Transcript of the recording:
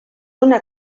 una